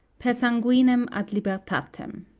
per sanguinem ad libertatem.